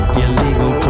illegal